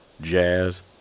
Jazz